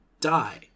die